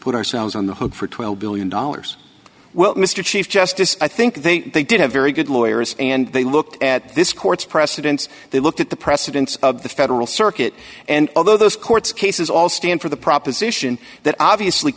put ourselves on the hook for twelve billion dollars well mr chief justice i think they they did a very good lawyers and they looked at this court's precedents they looked at the precedence of the federal circuit and all those courts cases all stand for the proposition that obviously